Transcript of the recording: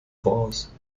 voraus